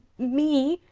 me.